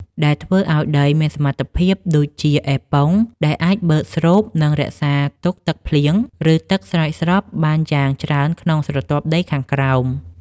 ដែលធ្វើឱ្យដីមានសមត្ថភាពដូចជា អេប៉ុង ដែលអាចបឺតស្រូប និងរក្សាទុកទឹកភ្លៀង ឬទឹកស្រោចស្រពបានយ៉ាងច្រើនក្នុងស្រទាប់ដីខាងក្រោម។